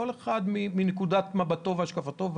כל אחד מנקודת מבטו והשקפתו,